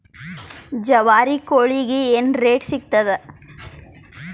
ಜವಾರಿ ಕೋಳಿಗಿ ಏನ್ ರೇಟ್ ಸಿಗ್ತದ?